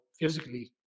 physically